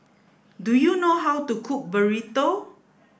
do you know how to cook Burrito